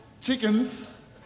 chickens